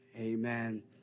amen